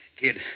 Kid